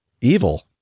evil